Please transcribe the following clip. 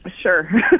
Sure